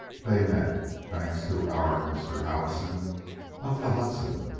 they met thanks to our mr. howison up the hudson,